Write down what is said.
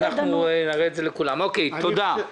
תודה.